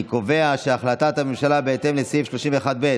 אני קובע שהחלטת הממשלה בהתאם לסעיף 31(ב)